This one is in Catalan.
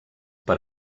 per